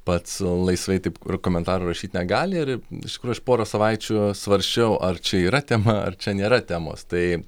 pats laisvai taip kur komentarų rašyt negali ir iš tiktųjų aš porą savaičių svarsčiau ar čia yra tema ar čia nėra temos tai